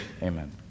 Amen